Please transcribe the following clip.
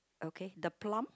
okay the plum